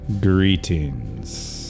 Greetings